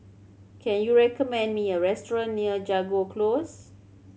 can you recommend me a restaurant near Jago Close